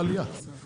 לעלייה הצפויה הזו.